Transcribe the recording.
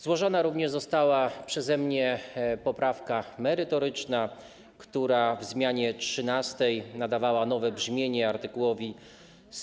Złożona również została przeze mnie poprawka merytoryczna, która w zmianie 13. nadawała nowe brzmienie art. 106nb.